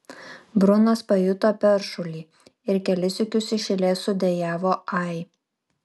brunas pajuto peršulį ir kelis sykius iš eilės sudejavo ai